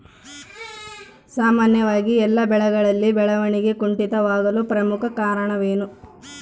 ಸಾಮಾನ್ಯವಾಗಿ ಎಲ್ಲ ಬೆಳೆಗಳಲ್ಲಿ ಬೆಳವಣಿಗೆ ಕುಂಠಿತವಾಗಲು ಪ್ರಮುಖ ಕಾರಣವೇನು?